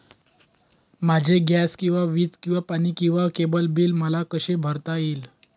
माझे गॅस किंवा वीज किंवा पाणी किंवा केबल बिल मला कसे भरता येईल?